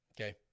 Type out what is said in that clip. okay